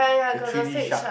the three D shark